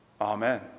amen